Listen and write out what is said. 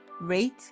rate